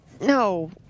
No